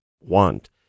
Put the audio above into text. want